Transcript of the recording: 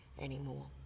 anymore